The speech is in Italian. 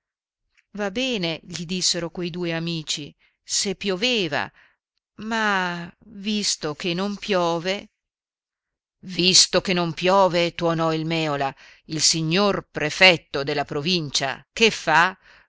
va bene gli dissero quei due amici se pioveva ma visto che non piove visto che non piove tuonò il mèola il signor prefetto della provincia che fa